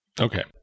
Okay